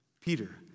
Peter